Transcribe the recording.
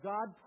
God